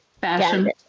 Fashion